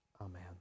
Amen